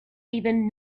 even